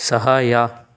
ಸಹಾಯ